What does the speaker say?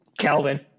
calvin